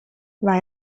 war